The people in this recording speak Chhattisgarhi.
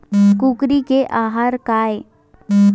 कुकरी के आहार काय?